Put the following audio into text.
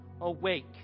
awake